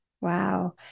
Wow